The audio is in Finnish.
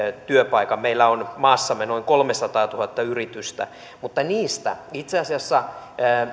työpaikan meillä on maassamme noin kolmesataatuhatta yritystä mutta niistä itse asiassa